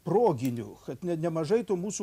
proginių kad ne nemažai to mūsų